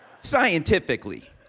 Scientifically